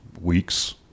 weeks